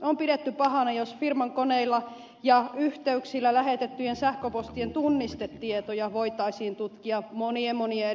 on pidetty pahana jos firman koneilla ja yhteyksillä lähetettyjen sähköpostien tunnistetietoja voitaisiin tutkia monien monien edellytysten jälkeen